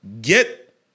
Get